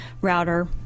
router